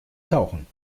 tauchen